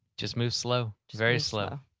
just move slow. very slow.